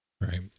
Right